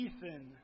Ethan